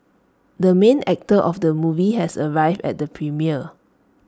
the main actor of the movie has arrived at the premiere